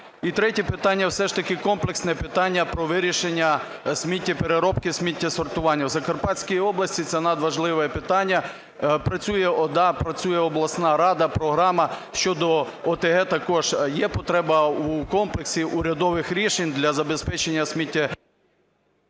І третє питання, все ж таки комплексне питання про вирішення сміттєпереробки, сміттєсортування. У Закарпатській області це надважливе питання. Працює ОДА, працює обласна рада, програма щодо ОТГ також, є потреба у комплексі урядових рішень для забезпечення…